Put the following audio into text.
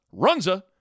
Runza